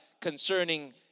concerning